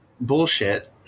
bullshit